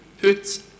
put